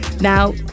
Now